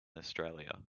australia